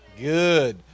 Good